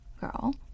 girl